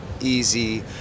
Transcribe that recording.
easy